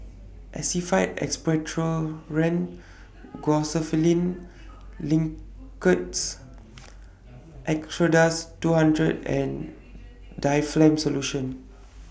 Actified Expectorant Linctus Acardust two hundred and Difflam Solution